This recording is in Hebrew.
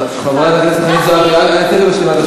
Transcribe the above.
חברת הכנסת חנין זועבי,